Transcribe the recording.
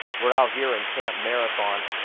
we're out here in camp marathon,